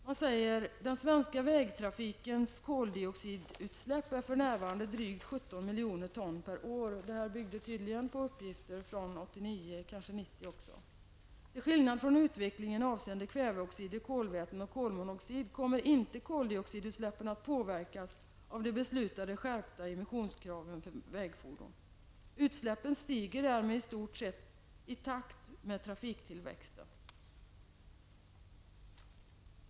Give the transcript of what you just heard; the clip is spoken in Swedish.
Man säger i materialet följande: Den svenska vägtrafikens koldioxidutsläpp är för närvarande drygt 17 miljoner ton per år -- detta bygger tydligen på uppgifter från 1989 och kanske också från 1990. Till skillnad från utvecklingen avseende kväveoxider, kolväten och kolmonoxid kommer inte koldioxidutsläppen att påverkas av den beslutade skärpningen av emissionskraven för vägfordon. Utsläppen stiger därmed i stort sett i takt med trafiktillväxten.